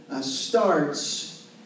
starts